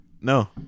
No